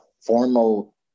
formal